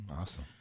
Awesome